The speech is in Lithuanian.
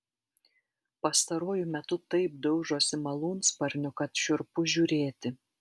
pastaruoju metu taip daužosi malūnsparniu kad šiurpu žiūrėti